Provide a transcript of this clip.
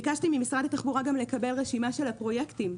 ביקשתי ממשרד התחבורה לקבל רשימה של הפרויקטים,